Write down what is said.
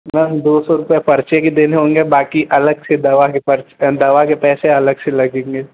ma'am दो सौ रुपया पर्चे के देने होंगे बाकी अलग से दवा के पर्च पे दवा के पैसे अलग से लगेंगे